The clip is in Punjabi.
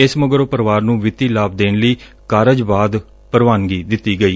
ਇਸ ਮਗਰੋਂ ਪਰੈਰਵਾਰ ਨੂੰ ਵਿੱਤੀ ਲਾਭ ਦੇਣ ਲਈ ਕਾਰਜ ਬਾਅਦ ਪੁਵਾਨਗੀ ਦਿੱਤੀ ਗਈ